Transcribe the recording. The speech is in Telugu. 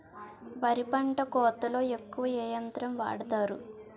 వరి పంట కోతలొ ఎక్కువ ఏ యంత్రం వాడతారు?